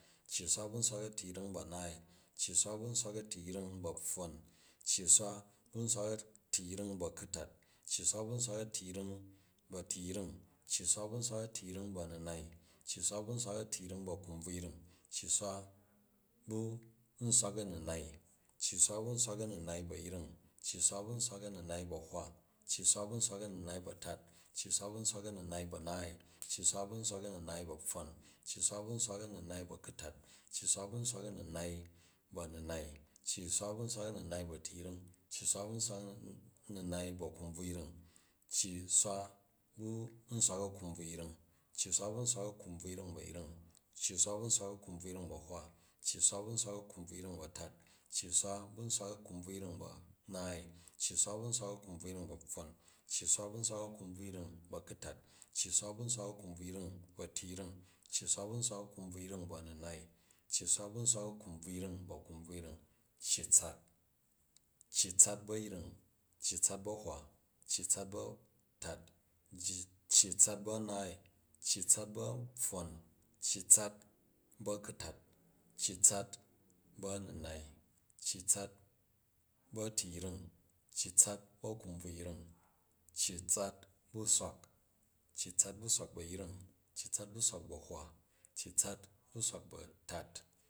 Cyi swa bu nswak a̱tiyring bu a̱naai, cyi swa bu nswak a̱tiyring bu a̱pfwon, cyi swa bu nswak a̱tiyring bu a̱ku̱tat, cyi swa bu nswak bu a̱tiyring, cyi swa bu nswak a̱tiyring bu a̱ninai, cyi swa bu nswak a̱tiyring bu a̱kubvuyring, cyi swa bu nswak a̱ninai. cyi swa bu nswak a̱ninai bu a̱yiring, cyi swa bu nswak a̱ninai bu a̱hwa, cyi swa bu nswak a̱ninai bu a̱tat, cyi swa bu nswak a̱ninai bu a̱naai, cyi swa bu nswak a̱ninai bu a̱pfwon, cyi swa bu nswak a̱ninai bu apfwon, cyi swa bu nswak a̱ninai bu a̱ku̱tat, cyi swa bu nswa aninai bu a̱tiyring cyi swa bu nswak a̱ninai bu a̱ninai, cyi swa bu nswak aninai bu a̱kubvuyring, cyi swa bu nswak akubvunyring, cyi swa bu nswak akubvunyring nu a̱yring, cyi swa bu nswak akubvurying bu a̱hwa, cyi swa bu nswak akubvurying bu a̱tat, cyi swa bu nswak akubvurying bu a̱naai, cyi swa bu nswak akubvurying bu apfwon, cyi swa bu nswak akubvurying bu a̱ku̱tat, cyi swa bu nswak akubvurying bu a̱tiying, cyi swa bu nswak akubvurying a̱ninai, cyi swa bu nswak akubvurying bu a̱kubvunyring, cyi tsat, cyi tsat bu a̱yring, cyi tsat bu a̱hwa, cyi tsat bu a̱tat, cyi tsat bu a̱naai, cyi tsat bu a̱pfown, cyi tsat bu a̱ku̱tat, cyi tsat bu a̱ninai, cyi tsat bu a̱tiyring, cyi tsat bu a̱kumbvuyring, cyi tsat bu swak, cyi tsat bu swak bu a̱yring, cyi tsat bu swak bu a̱hwa, cyi tsat bu swak bu a̱tat